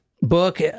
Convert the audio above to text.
book